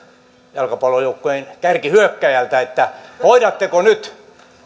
jalkapallojoukkueen kärkihyökkääjältä hoidatteko nyt